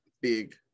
big